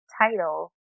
title